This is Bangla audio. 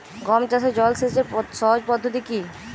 গম চাষে জল সেচের সহজ পদ্ধতি কি?